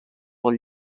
del